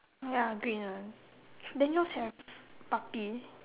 ya green one then yours have puppy